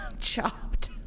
Chopped